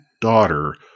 daughter